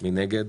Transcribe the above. מי נגד?